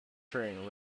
train